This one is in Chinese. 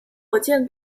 火箭